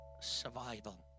survival